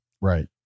Right